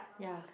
ya